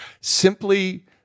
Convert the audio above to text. simply